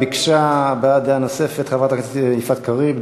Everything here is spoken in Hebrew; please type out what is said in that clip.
ביקשה הבעת דעה נוספת חברת הכנסת יפעת קריב.